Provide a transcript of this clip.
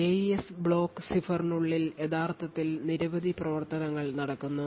AES block സിഫറിനുള്ളിൽ യഥാർത്ഥത്തിൽ നിരവധി പ്രവർത്തനങ്ങൾ നടക്കുന്നു